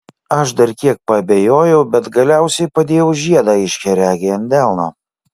aš dar kiek paabejojau bet galiausiai padėjau žiedą aiškiaregei ant delno